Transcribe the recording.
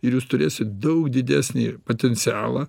ir jūs turėsit daug didesnį potencialą